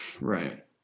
Right